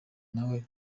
nawe